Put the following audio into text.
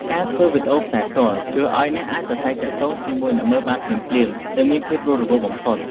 ការធ្វើវីដេអូផ្សាយផ្ទាល់ ជួយឱ្យអ្នកអាចប្រាស្រ័យទាក់ទងជាមួយអ្នកមើលបានភ្លាមៗ និងមានភាពរស់រវើកបំផុត។